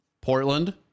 Portland